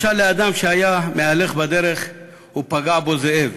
משל לאדם שהיה מהלך בדרך ופגע בו זאב,